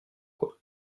quoi